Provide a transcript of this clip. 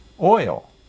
Oil